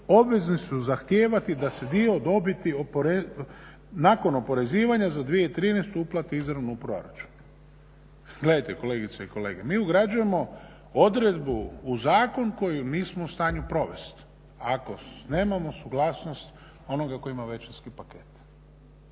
obvezni su zahtijevati da se dio dobiti nakon oporezivanja za 2013. uplati izravno u proračun. Gledajte, kolegice i kolege, mi ugrađujemo odredbu u zakon koju nismo u stanju provest ako nemamo suglasnost onoga tko ima većinski paket.